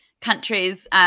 countries